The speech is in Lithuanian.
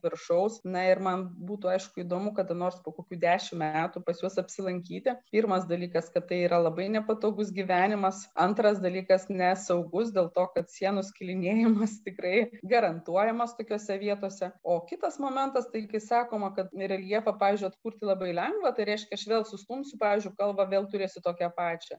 viršaus na ir man būtų aišku įdomu kada nors po kokių dešimt metų pas juos apsilankyti pirmas dalykas kad tai yra labai nepatogus gyvenimas antras dalykas nesaugus dėl to kad sienų skilinėjimas tikrai garantuojamas tokiose vietose o kitas momentas tai kai sakoma kad reljefą pavyzdžiui atkurti labai lengva tai reiškia aš vėl sustumsiu pavyzdžiui kalvą vėl turėsiu tokią pačią